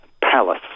palace